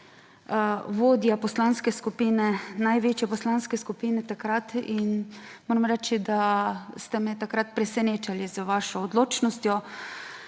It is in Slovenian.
vodja poslanske skupine, največje poslanske skupine takrat, in moram reči, da ste me takrat presenečali z vašo odločnostjo.